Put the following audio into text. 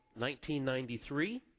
1993